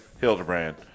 Hildebrand